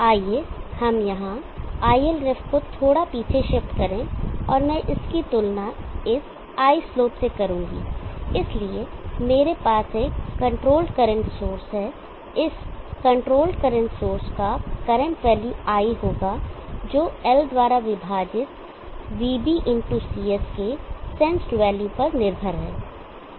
आइए हम यहां iLref को थोड़ा पीछे शिफ्ट करें और मैं इसकी तुलना इस I स्लोप से करूंगा इसलिए मेरे पास एक कंट्रोल्ड करंट सोर्स है इस कंट्रोल करंट सोर्स का करंट वैल्यू I होगा जो L द्वारा विभाजित vB इनटू CS के सेंसड वैल्यू पर निर्भर है